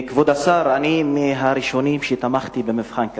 כבוד השר, אני מהראשונים שתמכו במבחן כזה,